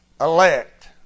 elect